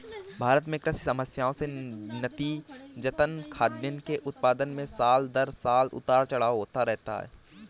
भारत में कृषि समस्याएं से नतीजतन, खाद्यान्न के उत्पादन में साल दर साल उतार चढ़ाव होता रहता है